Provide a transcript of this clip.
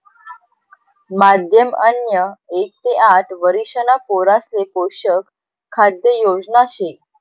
माध्यम अन्न एक ते आठ वरिषणा पोरासले पोषक खाद्य योजना शे